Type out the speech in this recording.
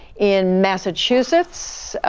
in massachusetts,